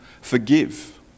Forgive